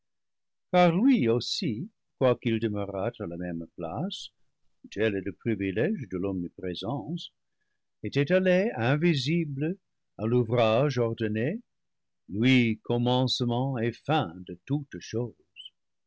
lui aussi quoiqu'il demeurât à la même place tel est le privilége de l'omniprésence était allé invisible à l'ou vrage ordonné lui commencement et fin de toutes choses